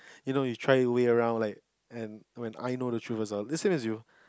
you know you try your way around like and when I know the truth as well the same as you